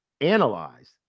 analyze